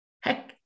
heck